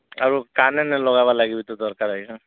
ଆଉ କାନରେ ଲଗବା ଲାଗି ବି ତ ଦରକାର ଆଜ୍ଞା